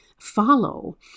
follow